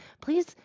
please